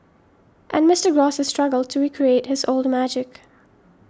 and Mister Gross has struggled to recreate his old magic